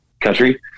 country